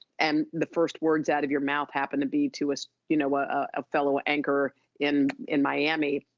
and the first words out of your mouth happen to be to a so you know ah fellow anchor in in miami.